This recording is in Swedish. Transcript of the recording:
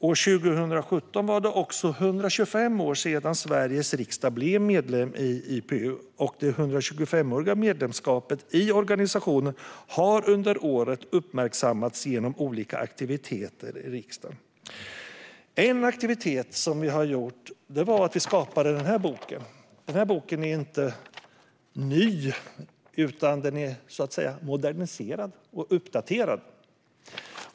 År 2017 var det också 125 år sedan Sveriges riksdag blev medlem i IPU, och det 125-åriga medlemskapet i organisationen har under året uppmärksammats genom olika aktiviteter i riksdagen. En aktivitet var att skapa den här boken, som jag nu visar för kammarens ledamöter. Den är inte ny, utan den är moderniserad och uppdaterad.